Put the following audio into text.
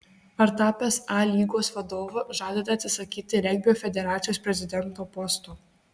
ar tapęs a lygos vadovu žadate atsisakyti regbio federacijos prezidento posto